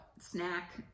snack